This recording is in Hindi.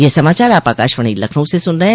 ब्रे क यह समाचार आप आकाशवाणी लखनऊ से सुन रहे हैं